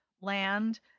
land